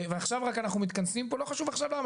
ועכשיו רק אנחנו מתכנסים וזה לא חשוב עכשיו למה,